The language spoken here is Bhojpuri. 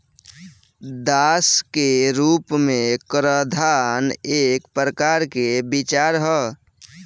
दास के रूप में कराधान एक प्रकार के विचार ह